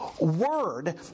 word